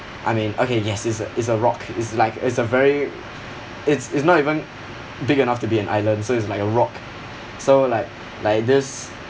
I mean okay yes it's a it's a rock it's like it's a very it's it's not even big enough to be an island so it's like a rock so like like this